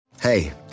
Hey